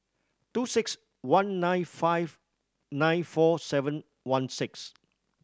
two six one nine five nine four seven one six